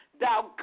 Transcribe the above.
thou